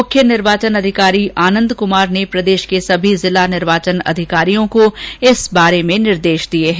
मुख्य निर्वाचन अधिकारी आनंद कुमार ने प्रदेश के सभी जिला निर्वाचन अधिकारियों को इस बारे में निर्देश दिये हैं